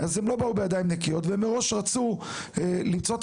אז הם לא באו בידיים נקיות והם מראש רצו למצוא את